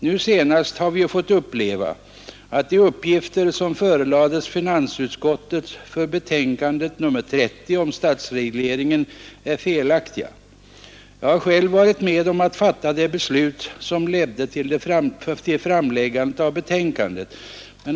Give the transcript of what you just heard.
Nu senast har vi ju fått uppleva, att de uppgifter som förelades finansutskottet för betänkandet nr 30 om statsregleringen är felaktiga. Jag har själv varit med om att fatta det beslut, som ledde till framläggandet av betänkandet.